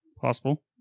Possible